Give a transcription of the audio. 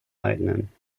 eignen